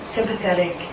Sympathetic